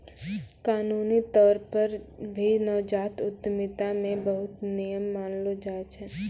कानूनी तौर पर भी नवजात उद्यमिता मे बहुते नियम मानलो जाय छै